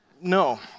No